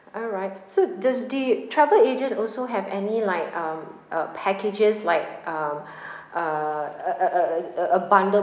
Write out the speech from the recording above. alright so does the travel agent also have any like um uh packages like um uh a a a a a a bundle